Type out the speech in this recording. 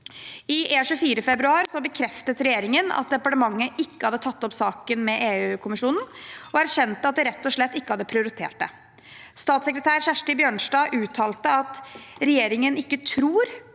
I E24 i februar bekreftet regjeringen at departementet ikke hadde tatt opp saken med EU-kommisjonen, og erkjente at den rett og slett ikke hadde prioritert det. Statssekretær Kjersti Bjørnstad uttalte at regjeringen ikke tror